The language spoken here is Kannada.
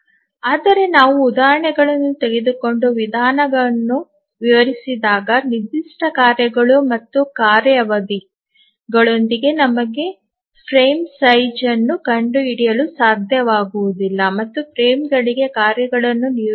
ಆದರೆ ನಾವು ಉದಾಹರಣೆಗಳನ್ನು ತೆಗೆದುಕೊಂಡು ವಿಧಾನವನ್ನು ವಿವರಿಸುವಾಗ ನಿರ್ದಿಷ್ಟ ಕಾರ್ಯಗಳು ಮತ್ತು ಕಾರ್ಯ ಅವಧಿಗಳೊಂದಿಗೆ ನಮಗೆ ಫ್ರೇಮ್ ಗಾತ್ರವನ್ನು ಕಂಡುಹಿಡಿಯಲು ಸಾಧ್ಯವಾಗುವುದಿಲ್ಲ ಮತ್ತು ಫ್ರೇಮ್ಗಳಿಗೆ ಕಾರ್ಯಗಳನ್ನು ನಿಯೋಜಿಸಬಹುದು